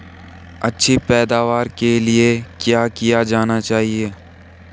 अच्छी पैदावार के लिए क्या किया जाना चाहिए?